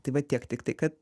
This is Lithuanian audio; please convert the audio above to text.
tai va tiek tiktai kad